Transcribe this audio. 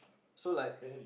so like